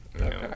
Okay